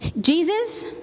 Jesus